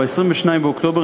ב-22 באוקטובר,